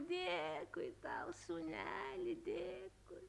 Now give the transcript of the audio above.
dėkui tau sūneli dėkui